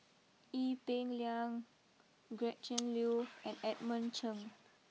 Ee Peng Liang Gretchen Liu and Edmund Cheng